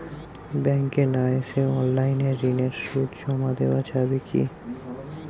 ব্যাংকে না এসে অনলাইনে ঋণের সুদ জমা দেওয়া যাবে কি?